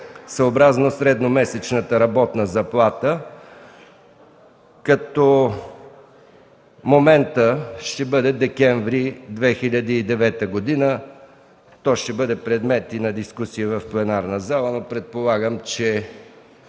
съобразно средномесечната работна заплата, като моментът ще бъде декември 2009 г. То ще бъде предмет и на дискусия в пленарната зала. Предполагам, че